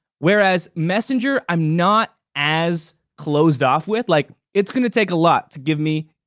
whereas messenger, i'm not as closed off with. like it's gonna take a lot to give me,